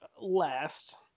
last